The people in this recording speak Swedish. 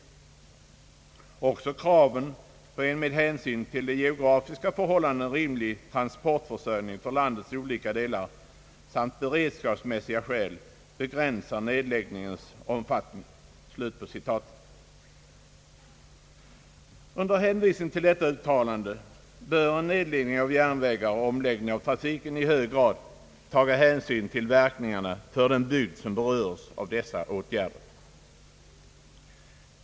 Också kraven på en med hänsyn till de geografiska förhållandena rimlig transportförsörjning för landets olika delar samt beredskapsmässiga skäl begränsar nedläggningens omfattning.» Under hänvisning till detta vill jag säga att man vid en nedläggning av järnvägar och omläggning av trafiken i hög grad bör ta hänsyn till verkningarna för den bygd som berörs av dessa åtgärder.